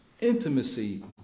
intimacy